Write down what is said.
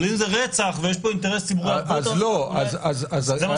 אבל אם זה רצח ויש פה אינטרס ציבורי --- אז נדמה לי